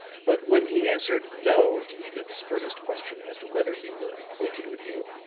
but when he answered no to edyth's earnest question as to whether he were acquainted with you,